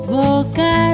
boca